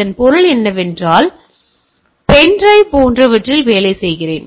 இதன் பொருள் என்னவென்றால் பென்டிரைவ் போன்றவற்றில் வேலை செய்கிறேன்